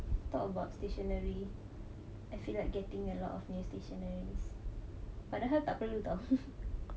talk about stationery I feel like getting a lot of new stationeries padahal tak perlu [tau]